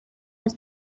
los